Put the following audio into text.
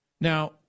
Now